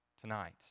tonight